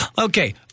Okay